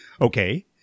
Okay